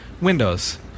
Windows